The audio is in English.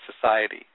society